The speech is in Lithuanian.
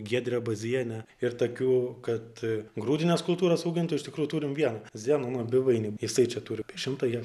giedrę bazienę ir takių kad grūdines kultūras augintų iš tikrųjų turim vieną zenoną bivainį jisai čia turi apie šimtą hek